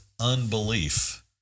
unbelief